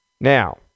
Now